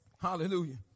Hallelujah